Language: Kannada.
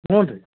ಹ್ಞೂ ರೀ